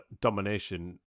domination